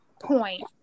point